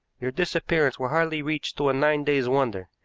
your disappearance will hardly reach to a nine days' wonder,